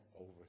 over